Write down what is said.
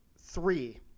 three